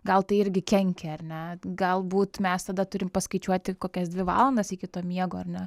gal tai irgi kenkia ar ne galbūt mes tada turim paskaičiuoti kokias dvi valandas iki to miego ar ne